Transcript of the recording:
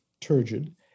turgid